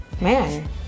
man